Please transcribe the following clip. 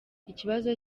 ikibazo